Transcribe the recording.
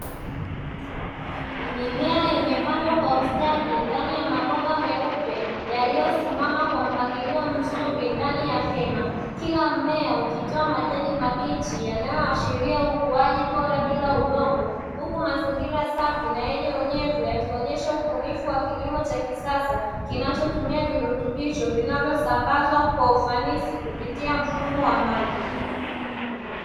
Mimea imepandwa kwa ustadi ndani ya mabomba meupe yaliyosimama kwa mpangilio mzuri ndani ya hema, kila mmea ukitoa majani mabichi yanayoashiria ukuaji bora bila udongo, huku mazingira safi na yenye unyevu yakionyesha ubunifu wa kilimo cha kisasa kinachotumia virutubisho vinavyosambazwa kwa ufanisi kupitia mfumo wa maji.